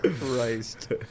Christ